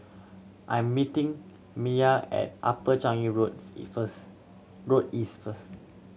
I am meeting Mia at Upper Changi Road first Road East first